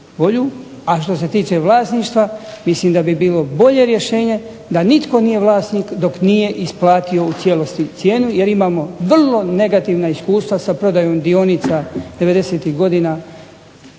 a što se tiče vlasništva mislim da bi bilo bolje rješenje da nitko nije vlasnik dok nije isplatio u cijelosti cijenu, jer imamo vrlo negativna iskustva sa prodajom dionica 90-ih godina